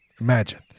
Imagine